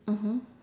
mmhmm